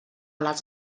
les